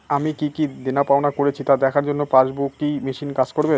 আমি কি কি দেনাপাওনা করেছি তা দেখার জন্য পাসবুক ই মেশিন কাজ করবে?